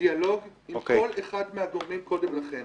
דיאלוג עם כל אחד מהגורמים קודם לכן.